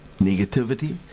negativity